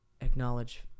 acknowledge